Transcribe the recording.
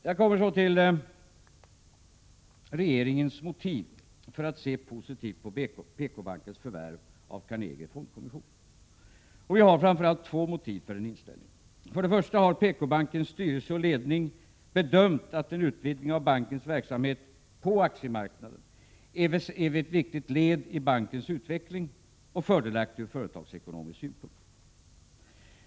Jag kommer så till regeringens motiv för att se positivt på PKbankens förvärv av Carnegie Fondkommission. Vi har framför allt två motiv för den inställningen. För det första har PKbankens styrelse och ledning bedömt att en utvidgning av bankens verksamhet på aktiemarknaden är ett viktigt led i bankens utveckling och fördelaktigt ur företagsekonomisk synpunkt.